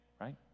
right